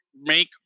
make